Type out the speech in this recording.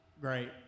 great